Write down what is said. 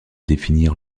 définir